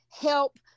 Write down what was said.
help